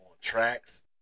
tracks